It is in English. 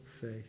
faith